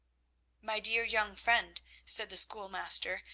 my dear young friend said the schoolmaster,